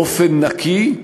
באופן נקי,